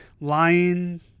lying